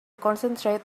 concentrate